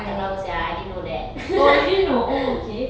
tak tahu sia I didn't know that